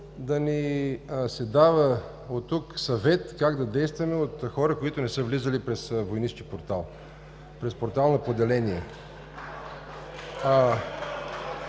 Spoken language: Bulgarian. да ни се дава от тук съвет как да действаме от хора, които не са влизали през войнишки портал, през портал на поделение.